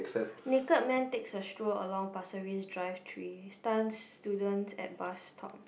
naked man takes a stroll along Pasir-Ris drive three stuns student at bus stop